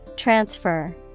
Transfer